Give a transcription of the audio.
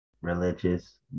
religious